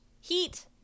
Heat